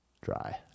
dry